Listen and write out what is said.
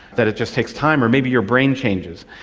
that it just takes time, or maybe your brain changes.